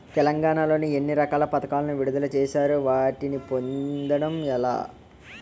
తెలంగాణ లో ఎన్ని రకాల పథకాలను విడుదల చేశారు? వాటిని పొందడం ఎలా?